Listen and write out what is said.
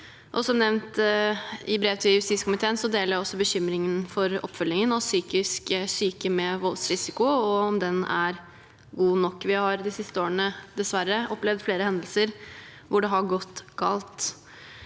Som nevnt i brev til justiskomiteen deler jeg også bekymringen for oppfølgingen av psykisk syke med voldsrisiko og om den er god nok. Vi har de siste årene dessverre opplevd flere hendelser hvor det har gått galt.